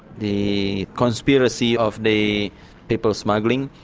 the conspiracy of the people smuggling,